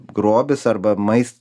grobis arba mais